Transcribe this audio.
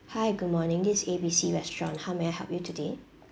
hi good morning this is A B C restaurant how may I help you today